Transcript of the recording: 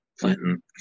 Clinton